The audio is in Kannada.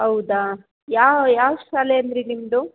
ಹೌದಾ ಯಾವ ಯಾವ ಶಾಲೆ ಅಂದಿರಿ ನಿಮ್ಮದು